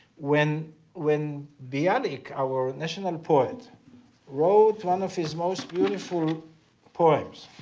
when when bialik our national poet wrote one of his most beautiful poems,